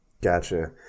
Gotcha